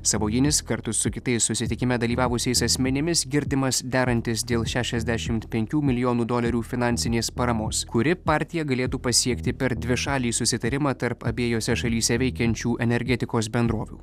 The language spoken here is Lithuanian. savojinis kartu su kitais susitikime dalyvavusiais asmenimis girdimas derantis dėl šešiasdešim penkių milijonų dolerių finansinės paramos kuri partija galėtų pasiekti per dvišalį susitarimą tarp abiejose šalyse veikiančių energetikos bendrovių